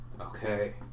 Okay